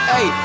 Hey